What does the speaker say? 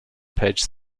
page